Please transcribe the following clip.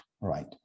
right